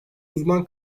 uzman